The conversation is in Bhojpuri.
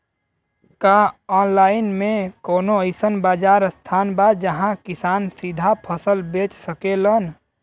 का आनलाइन मे कौनो अइसन बाजार स्थान बा जहाँ किसान सीधा फसल बेच सकेलन?